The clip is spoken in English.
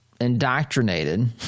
indoctrinated